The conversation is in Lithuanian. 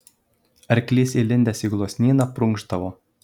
arklys įlindęs į gluosnyną prunkštavo